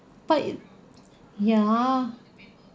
but ya